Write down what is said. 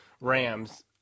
Rams